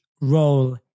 role